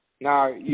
Now